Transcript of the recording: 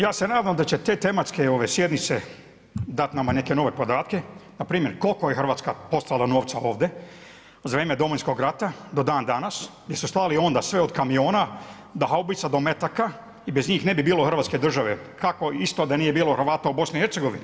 Ja se nadam da će te tematske sjednice dat nama neke nove podatke, npr. koliko je Hrvatska poslala novca ovde za vrijeme Domovinskog rata do dan danas, jer smo slali onda sve od kamiona, do haubica, do metaka i bez njih ne bi bilo Hrvatske države, kako isto da nije bilo Hrvata u BiH.